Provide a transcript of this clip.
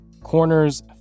Corners